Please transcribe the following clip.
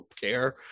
care